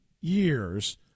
years